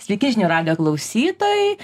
sveiki žinių radijo klausytojai